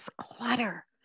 clutter